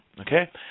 okay